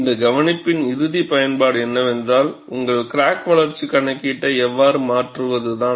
இந்த கவனிப்பின் இறுதி பயன்பாடு என்னவென்றால் உங்கள் கிராக் வளர்ச்சி கணக்கீட்டை எவ்வாறு மாற்றுவது தான்